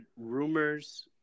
rumors